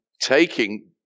taking